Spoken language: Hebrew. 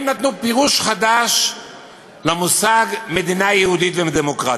הם נתנו פירוש חדש למושג מדינה יהודית ודמוקרטית.